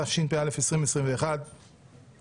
התשפ"א 2021 (פ/2056/24),